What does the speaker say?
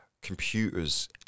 computers